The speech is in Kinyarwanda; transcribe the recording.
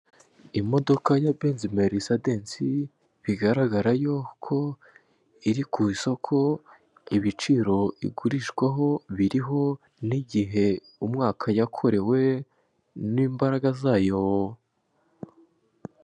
Imodoka ya mbenzi merisadesi bigaragara yuko iri ku isoko ibiciro igurishwaho biriho n'igihe umwaka yakorewe, n'imbaraga zayo.